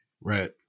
Right